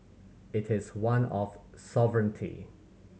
it is one of sovereignty